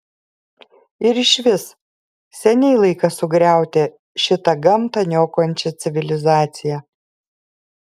ir išvis seniai laikas sugriauti šitą gamtą niokojančią civilizaciją